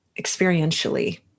experientially